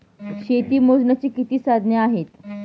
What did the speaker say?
शेती मोजण्याची किती साधने आहेत?